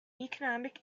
economic